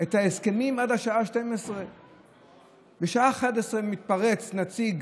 את ההסכמים עד השעה 24:00. בשעה 23:00 מתפרץ נציג